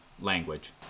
language